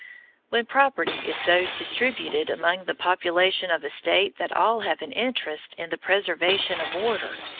when property is so distributed among the population of a state that all have an interest in the preservation of order,